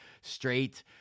straight